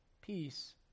peace